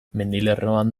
mendilerroan